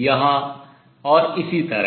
यहाँ और इसी तरह